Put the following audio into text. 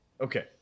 Okay